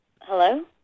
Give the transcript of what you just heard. Hello